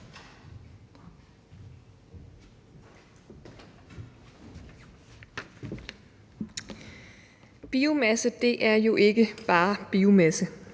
Biomasse er jo ikke bare biomasse.